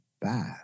bad